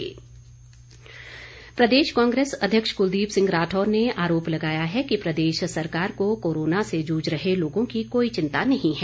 राठौर प्रदेश कांग्रेस अध्यक्ष कुलदीप सिंह राठौर ने आरोप लगाया है कि प्रदेश सरकार को कोरोना से जूझ रहे लोगों की कोई चिंता नहीं है